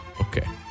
okay